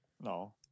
No